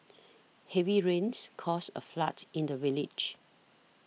heavy rains caused a flood in the village